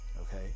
okay